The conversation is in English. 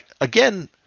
Again